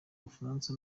bufaransa